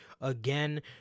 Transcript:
again